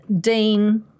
Dean